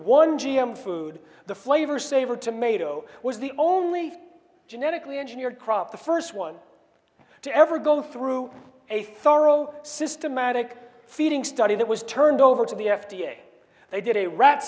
one g m food the flavor savor tomato was the only genetically engineered crop the first one to ever go through a thorough systematic feeding study that was turned over to the f d a they did a rat